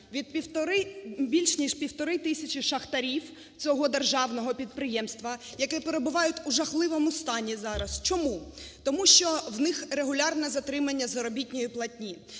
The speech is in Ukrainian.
більш ніж 1,5 тисячі шахтарів цього державного підприємства, які перебувають у жахливому стані зараз. Чому? Тому що в них регулярне затримання заробітної платні.